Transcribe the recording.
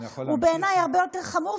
הוא בעיניי הרבה יותר חמור,